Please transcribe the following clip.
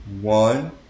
one